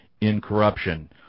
incorruption